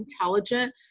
intelligent